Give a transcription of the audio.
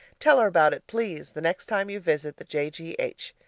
tell her about it, please, the next time you visit the j. g. h.